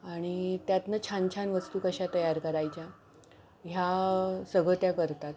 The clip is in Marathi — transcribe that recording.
आणि त्यातनं छान छान वस्तू कशा तयार करायच्या ह्या सगळं त्या करतात